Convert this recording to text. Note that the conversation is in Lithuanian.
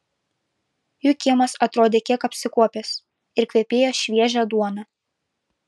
jų kiemas atrodė kiek apsikuopęs ir kvepėjo šviežia duona